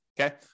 okay